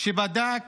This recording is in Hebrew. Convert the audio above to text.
שבדק